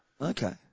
Okay